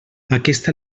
aquesta